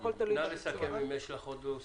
נא לסכם אם יש לך עוד מה להוסיף,